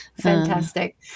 fantastic